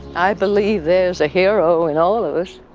i believe there's a hero in all of us.